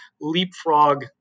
leapfrog